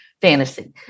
fantasy